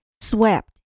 swept